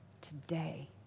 today